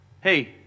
Hey